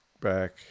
back